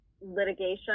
litigation